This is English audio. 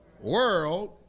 world